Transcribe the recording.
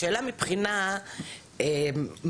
השאלה מבחינה מעשית.